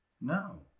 No